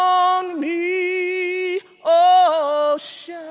on me, oh, shine